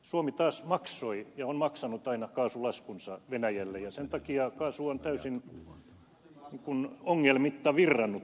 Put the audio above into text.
suomi taas maksoi ja on maksanut aina kaasulaskunsa venäjälle ja sen takia kaasu on täysin ongelmitta virrannut suomeen